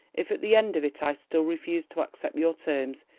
if at the end of it i still refuse to accept your terms,